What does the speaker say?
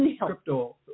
crypto